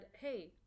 hey